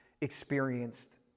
experienced